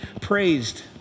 praised